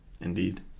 Indeed